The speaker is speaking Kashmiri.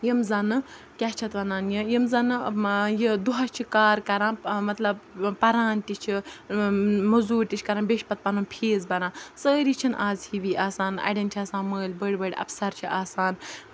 یِم زَنہٕ کیٛاہ چھِ اَتھ وَنان یہِ یِم زَنہٕ یہِ دۄہَس چھِ کار کَران مطلب پَران تہِ چھِ مٔزوٗرۍ تہِ چھِ کَران بیٚیہِ چھِ پَتہٕ پَنُن فیٖس بَران سٲری چھِنہٕ اَز ہِوی آسان اَڑٮ۪ن چھِ آسان مٲلۍ بٔڑۍ بٔڑۍ اَفسَر چھِ آسان